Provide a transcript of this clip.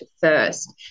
first